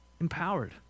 empowered